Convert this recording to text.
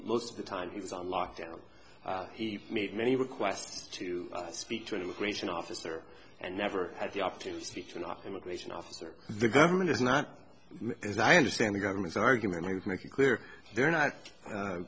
most of the time he was on lockdown he made many requests to speak to an immigration officer and never had the opportunity to not immigration officer the government is not as i understand the government's argument is making clear they're not